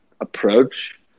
approach